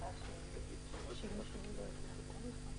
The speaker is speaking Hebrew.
עצמו.